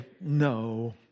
no